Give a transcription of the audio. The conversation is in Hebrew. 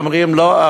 אומרים: לא,